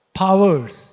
powers